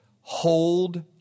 hold